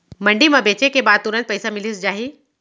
मंडी म बेचे के बाद तुरंत पइसा मिलिस जाही?